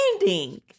ending